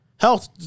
Health